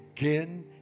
again